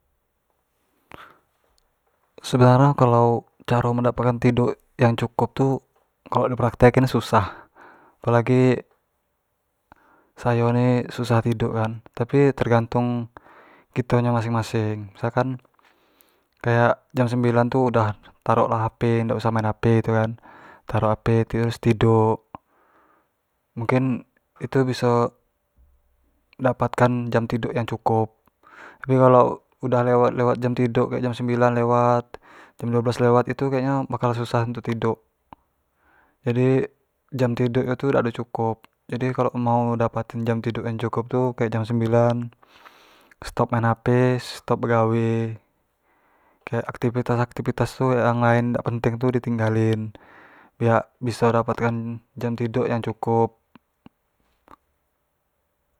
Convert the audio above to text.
sekarang kalau caro mendapat kan tiduk yang cukup tu kalo di praktek in tu susah, apo lagi sayo ni, susah tiduk kan tapi tergantung kito nyo masing masing, misal kan kayak jam sembilan tu udah tarok lah hp dah usah lah main hp kan, terus tiduk, mungkin itu biso dapatkan jam tiduk yang cukup, tapi kalau udah lewat lewat jam tiduk gek jam sembilan lewat jam duo belas lewat tu kayak nyo bakal susah untuk tiduk, jadi jam tiduk nyo tu dak do cukup, jadi mau dapatin jam tiduk tu kek jam sembilan stop main hp stop begawe, kayak aktivitas aktivitas tu kayak yang lain yang dak penting tu tinggalin biak biso dapatkan jam tiduk yang cukup